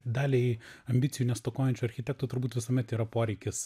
daliai ambicijų nestokojančių architektų turbūt visuomet yra poreikis